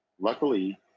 luckily